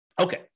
Okay